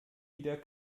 wieder